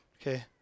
Okay